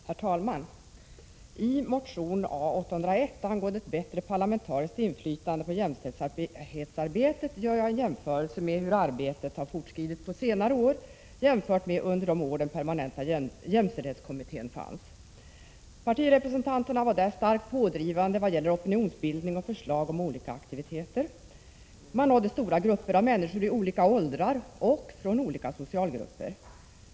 Herr talman! I motion A801 angående ett bättre parlamentariskt inflytande på jämställdhetsarbetet gör jag en jämförelse mellan hur arbetet fortskridit på senare år och hur det var under de år den permanenta jämställdhetskommittén fanns. Partirepresentanterna var där starkt pådrivande i vad gäller opinionsbildning och förslag om olika aktiviteter. Man nådde stora grupper av människor i olika åldrar och från olika socialgrupper.